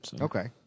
Okay